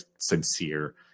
sincere